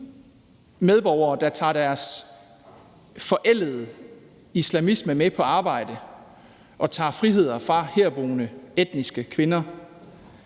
om medborgere, der tager deres forældede islamisme med på arbejde og tager friheder fra herboende etniske kvinder.